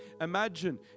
Imagine